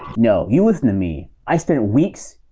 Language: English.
no, you listen to me, i spent weeks,